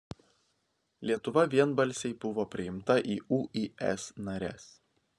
lietuva vienbalsiai buvo priimta į uis nares